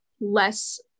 less